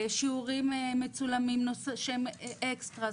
שיעורים מצולמים שהם אקסטרה,